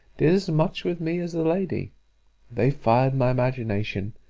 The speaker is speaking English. did as much with me as the lady they fired my imagination,